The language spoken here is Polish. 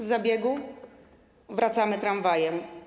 Z zabiegu wracamy tramwajem.